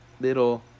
little